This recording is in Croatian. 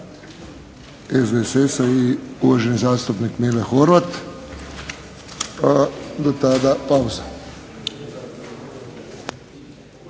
SDSS-a i uvaženi zastupnik Mile Horvat, a do tada pauza.